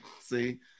See